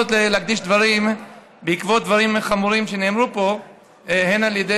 להקדיש דברים בעקבות דברים חמורים שנאמרו פה הן על ידי